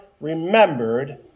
remembered